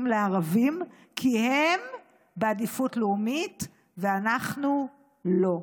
לערבים כי הם בעדיפות לאומית ואנחנו לא.